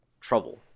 trouble